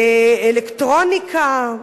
אלקטרוניקה,